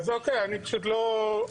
אוקיי, אני פשוט לא יודע.